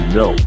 no